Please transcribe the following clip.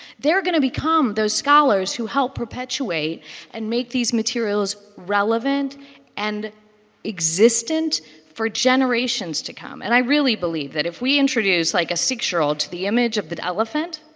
they're going to become those scholars who help perpetuate and make these materials relevant and existent for generations to come. and i really believe that if we introduce like a six-year-old to the image of the elephant